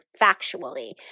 factually